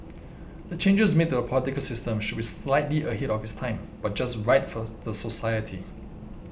the changes made to the political system should be slightly ahead of its time but just right for the society